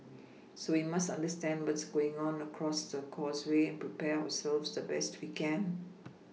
so we must understand what's going on across the causeway prepare ourselves the best we can